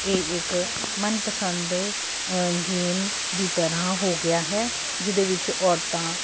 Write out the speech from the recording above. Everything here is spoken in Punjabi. ਇਹ ਇਕ ਮਨਪਸੰਦ ਗੇਮ ਦੀ ਤਰ੍ਹਾਂ ਹੋ ਗਿਆ ਹੈ ਜਿਹਦੇ ਵਿੱਚ ਔਰਤਾਂ